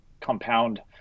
compound